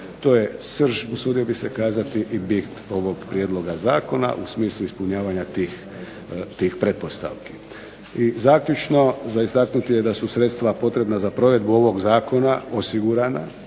To je srž usudio bih se kazati i bit ovog prijedloga zakona u smislu ispunjavanja tih pretpostavki. I zaključno, za istaknuti je da su sredstva potrebna za provedbu ovog zakona osigurana